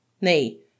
Nay